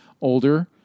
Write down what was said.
older